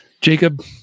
Jacob